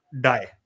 die